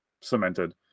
cemented